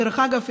דרך אגב,